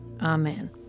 Amen